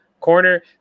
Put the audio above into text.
corner